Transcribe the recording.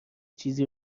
چیزی